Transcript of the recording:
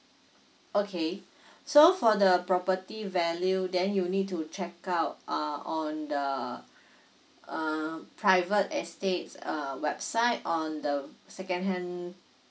okay so for the property value then you need to check out uh on the uh private estates uh website on the second hand